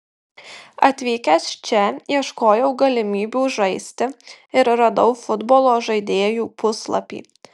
atvykęs čia ieškojau galimybių žaisti ir radau futbolo žaidėjų puslapį